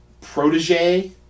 protege